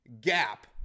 gap